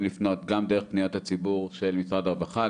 לפנות גם דרך פניות הציבור של משרד הרווחה,